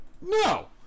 No